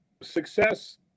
success